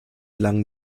langen